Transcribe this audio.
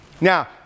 Now